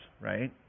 right